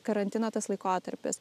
karantino tas laikotarpis